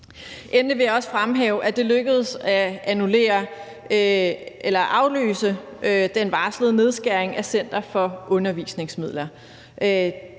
Endelig vil jeg også fremhæve, at det lykkedes at aflyse den varslede nedskæring på Center For Undervisningsmidler.